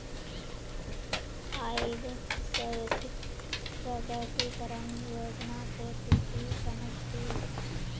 आइर स्वैच्छिक प्रकटीकरण योजना से तू की समझ छि